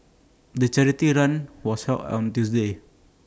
the charity run was held on Tuesday